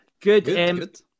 Good